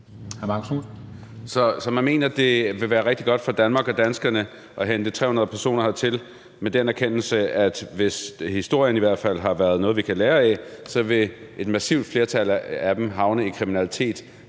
Så man mener, det vil være rigtig godt for Danmark og danskerne at hente 300 personer hertil med den erkendelse, at hvis historien i hvert fald har været noget, vi kan lære af, så vil et massivt flertal af dem havne i kriminalitet